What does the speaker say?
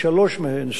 בשלוש מהן,